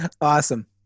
Awesome